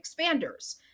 expanders